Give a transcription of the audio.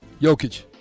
Jokic